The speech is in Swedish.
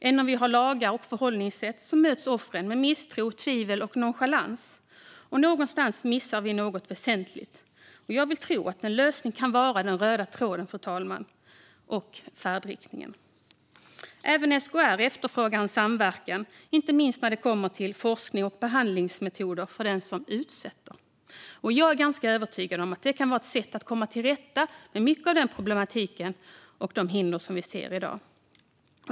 Även om vi har lagar och förhållningssätt för detta möts offren med misstro, tvivel och nonchalans. Någonstans missar vi något väsentligt. Jag vill tro att en lösning kan vara den röda tråden och färdriktningen, fru talman. Även SKR efterfrågar samverkan, inte minst när det kommer till forskning och behandlingsmetoder för den som utsätter. Jag är ganska övertygad om att det kan vara ett sätt att komma till rätta med mycket av den problematik och de hinder vi ser i dag.